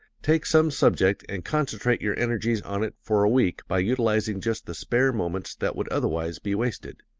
take some subject and concentrate your energies on it for a week by utilizing just the spare moments that would otherwise be wasted.